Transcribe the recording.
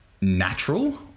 natural